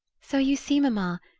so you see, mamma,